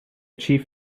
chief